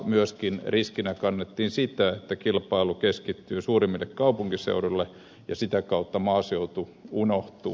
myöskin riskinä kannettiin sitä että kilpailu keskittyy suurimmille kaupunkiseuduille ja sitä kautta maaseutu unohtuu